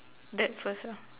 that first ah